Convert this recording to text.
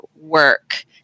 work